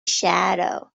shadow